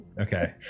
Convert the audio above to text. okay